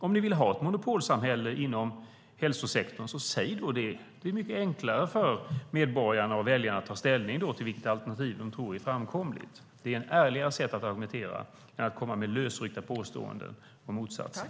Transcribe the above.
Om ni vill ha ett monopolsamhälle inom hälsosektorn - säg då det! Då är det mycket enklare för medborgarna och väljarna att ställning till vilket alternativ de tror är framkomligt. Det är ett ärligare sätt att argumentera än att komma med lösryckta påståenden om motsatsen.